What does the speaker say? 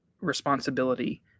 responsibility